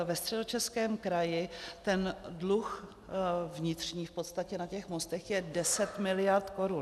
Ve Středočeském kraji ten dluh vnitřní v podstatě na těch mostech je 10 mld. korun.